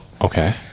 okay